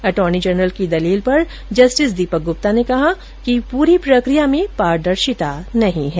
attorney general की दलील पर जस्टिस दीपक ग्रप्ता ने कहा कि प्ररी प्रकिया में पारदर्शिता नहीं है